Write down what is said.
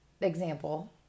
example